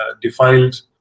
defiled